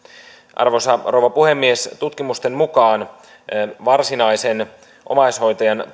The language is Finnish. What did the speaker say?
arvoisa rouva puhemies tutkimusten mukaan varsinaista omaishoitajan